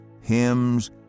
hymns